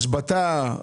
השבתה.